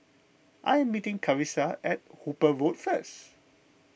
I am meeting Carisa at Hooper Road first